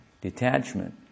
detachment